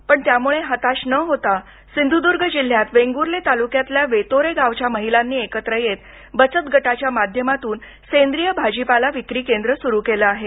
पण त्यामुळे हताश न न होता सिंधुदर्ग जिल्ह्यात वेंगूर्ले तालुक्यातल्या वेतोरे गावच्या महिलांनी एकत्र येत बचतगटाच्या माध्यमातून सेंद्रिय भाजीपाला विक्री केंद्र सुरु केलं आहे